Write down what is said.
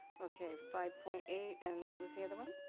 okay, five point eight and what was the other one?